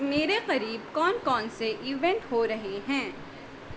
میرے قریب کون کون سے ایونٹ ہو رہے ہیں